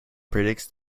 predicts